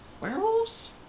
werewolves